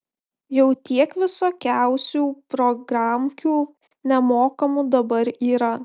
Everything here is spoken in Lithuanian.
jau tiek visokiausių programkių nemokamų dabar yra